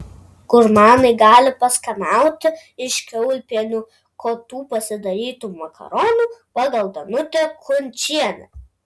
gurmanai gali paskanauti iš kiaulpienių kotų pasidarytų makaronų pagal danutę kunčienę